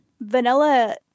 vanilla